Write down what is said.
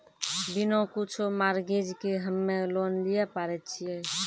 बिना कुछो मॉर्गेज के हम्मय लोन लिये पारे छियै?